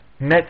met